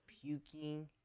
puking